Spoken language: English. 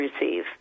receive